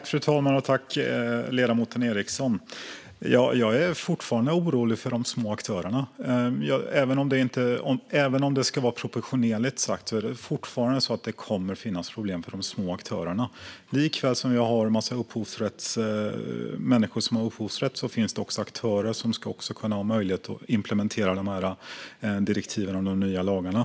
Fru talman! Jag är fortfarande orolig för de små aktörerna. Även om det ska vara proportionerligt är det fortfarande så att det kommer att finnas problem för de små aktörerna. Precis som vi har en massa människor som har upphovsrätt finns det aktörer som ska ha möjlighet att implementera direktiven om de nya lagarna.